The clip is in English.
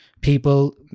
people